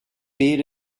pay